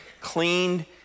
cleaned